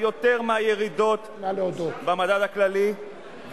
יותר מהירידות במדד הכללי,